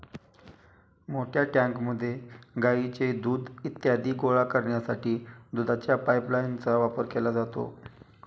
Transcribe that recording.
मोठ्या टँकमध्ये गाईचे दूध इत्यादी गोळा करण्यासाठी दुधाच्या पाइपलाइनचा वापर केला जातो